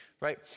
right